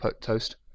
toast